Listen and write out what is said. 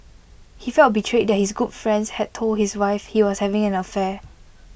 he felt betrayed that his good friend had told his wife he was having an affair